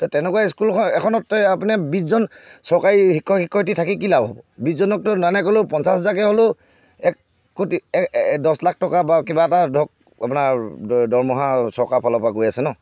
ত' তেনেকুৱা স্কুল এখনতে আপোনাৰ বিশজন চৰকাৰী শিক্ষক শিক্ষয়ত্ৰী থাকি কি লাভ হ'ব বিশজনক ত' নাই নাই ক'লেও পঞ্চাছ হাজাৰকে হ'লেও এক কোটি দহ লাখ টকা বা কিবা এটা ধৰক আপোনাৰ দৰমহা চৰকাৰৰ ফালৰ পৰা গৈ আছে ন